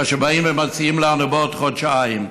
באים ומציעים לנו: בעוד חודשיים.